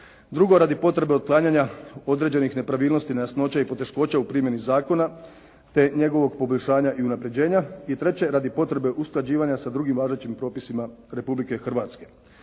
Drugo, radi potrebe otklanjanja određenih nepravilnosti, nejasnoća i poteškoća u primjeni zakona, te njegovog poboljšanja i unapređenja. I treće, radi potrebe usklađivanja sa drugim važećim propisima Republike Hrvatske.